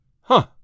Huh